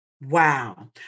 Wow